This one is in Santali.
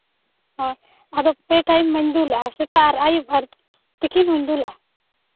ᱦᱳᱭ ᱟᱫᱚ ᱯᱮ ᱴᱟᱭᱤᱢ ᱢᱟᱧ ᱫᱩᱞ ᱟᱜᱼᱟ ᱥᱮᱛᱟᱜ ᱟᱨ ᱟᱹᱭᱩᱵ ᱟᱨ ᱛᱤᱠᱤᱱ ᱦᱚᱸᱧ ᱫᱩᱞᱟᱜᱼᱟ